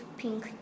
pink